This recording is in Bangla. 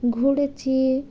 ঘুরেছি